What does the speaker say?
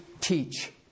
teach